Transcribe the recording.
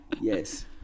Yes